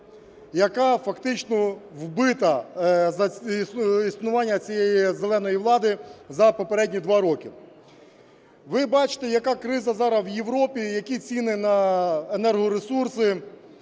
яка фактично вбита за існування цієї "зеленої" влади за попередні два роки. Ви бачите, яка криза зараз у Європі, які ціни на енергоресурси.